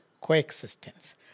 coexistence